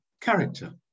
character